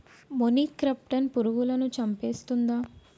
మొనిక్రప్టస్ పురుగులను చంపేస్తుందా?